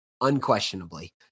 unquestionably